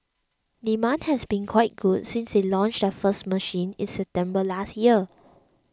demand has been quite good since they launched their first machine in September last year